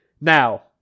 Now